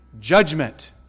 Judgment